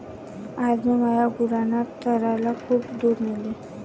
आज मी माझ्या गुरांना चरायला खूप दूर नेले